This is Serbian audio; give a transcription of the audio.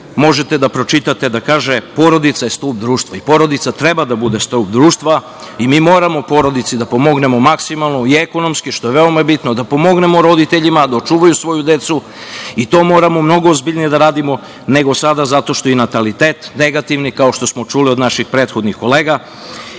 možete da pročitate da kaže – porodica je stub društva. I porodica i treba da bude stub društva i mi moramo porodici da pomognemo maksimalno i ekonomski, što je veoma bitno, da pomognemo roditeljima da očuvaju svoju decu i to moramo mnogo ozbiljnije da radimo nego sada, zato što je i natalitet negativni, kao što smo čuli od naših prethodnih kolega. Jedna